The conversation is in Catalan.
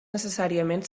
necessàriament